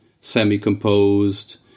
semi-composed